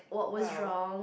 well